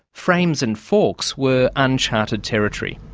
frames and forks were uncharted territory.